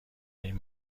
این